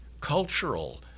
cultural